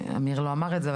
אמיר לא אמר את זה,